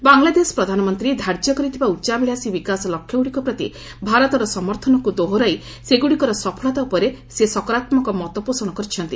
ବାଙ୍ଗଲାଦେଶ ପ୍ରଧାନମନ୍ତ୍ରୀ ଧାର୍ଯ୍ୟ କରିଥିବା ଉଚ୍ଚାଭିଳାସୀ ବିକାଶ ଲକ୍ଷ୍ୟଗୁଡ଼ିକ ପ୍ରତି ଭାରତର ସମର୍ଥନକୁ ଦୋହରାଇ ସେଗୁଡ଼ିକର ସଫଳତା ଉପରେ ସେ ସକାରାତ୍ମକ ମତପୋଷଣ କରିଛନ୍ତି